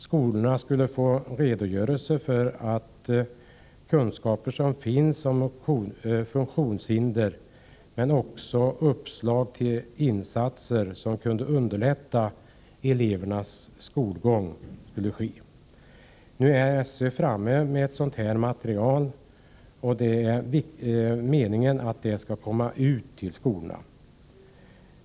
Skolorna skulle få en redogörelse för de kunskaper som finns om funktionshinder men också uppslag till insatser som kunde underlätta elevernas skolgång. Nu har SÖ tagit fram ett sådant material, som skall komma ut till skolorna.